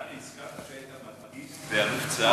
דני, האם הזכרת שהיית מאגיסט ואלוף, שמה?